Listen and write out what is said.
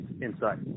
inside